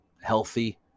healthy